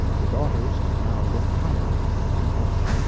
the daughters could now look higher and must.